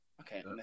Okay